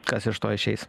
kas iš to išeis